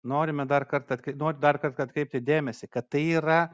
norime dar kartą atkr nori dar kartą atkreipti dėmesį kad tai yra